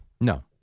No